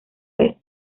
vez